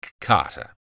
Carter